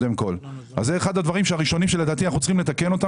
זה אחד הדברים הראשונים שלדעתי אנחנו צריכים לתקן.